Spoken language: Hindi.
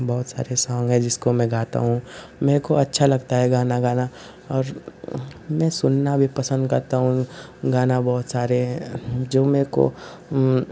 बहुत सारे सॉन्ग हैं जिसको मैं गाता हूँ मुझको अच्छा लगता है गाना गाना और मैं सुनना भी पसन्द करता हूँ गाने बहुत सारे हैं जो मुझको